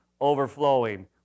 overflowing